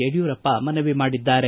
ಯಡಿಯೂರಪ್ಪ ಮನವಿ ಮಾಡಿದ್ದಾರೆ